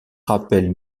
rappels